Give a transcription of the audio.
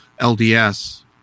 LDS